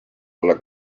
olla